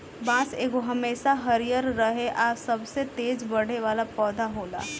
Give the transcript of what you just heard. बांस एगो हमेशा हरियर रहे आ सबसे तेज बढ़े वाला पौधा होला